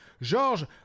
Georges